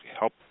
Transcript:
help